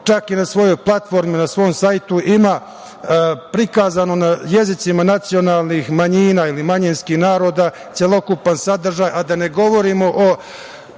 čak i na svojoj platformi, na svom sajtu ima prikazano na jezicima nacionalnih manjina, ili manjinskih naroda celokupan sadržaj, a da ne govorim o